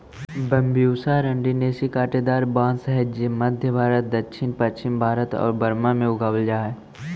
Bambusa arundinacea काँटेदार बाँस हइ जे मध्म भारत, दक्षिण पश्चिम भारत आउ बर्मा में उगावल जा हइ